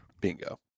Bingo